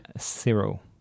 Zero